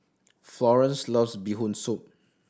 Florance loves Bee Hoon Soup